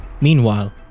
Meanwhile